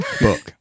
Book